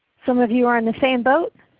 some of you are in the same boat,